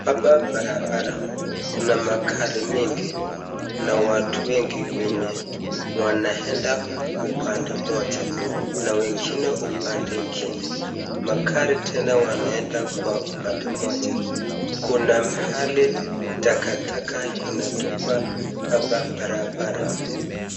Hapa barabara, kuna magari mengi na watu wengi wenye wanaenda mmoja na wengine upande ingine, magari tena wanaenda kwa upande mmoja, kuna mahali takataka inatupwa hapa barabara.